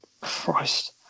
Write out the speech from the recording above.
Christ